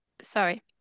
sorry